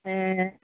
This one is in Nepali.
ए